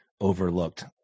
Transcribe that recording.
overlooked